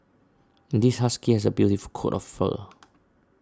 this husky has a beautiful coat of fur